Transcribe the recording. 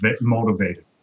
motivated